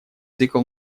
цикл